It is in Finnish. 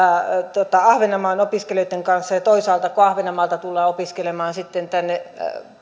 ahvenanmaan opiskelijoitten kanssa ja toisaalta kun ahvenanmaalta tullaan opiskelemaan sitten tänne